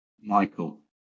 Michael